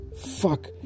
Fuck